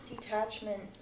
detachment